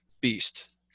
beast